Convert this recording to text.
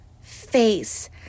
face